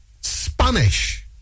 Spanish